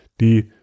die